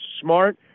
smart